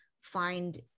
find